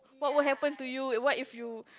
what would happen to you and what if you